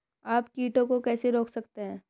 आप कीटों को कैसे रोक सकते हैं?